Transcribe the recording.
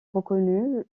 reconnu